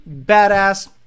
badass